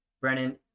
Brennan